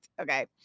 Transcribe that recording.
Okay